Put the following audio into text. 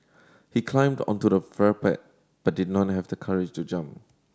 he climbed onto the but did not have the courage to jump